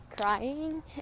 crying